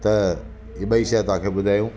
त इहे ॿई शइ तव्हांखे ॿुधायूं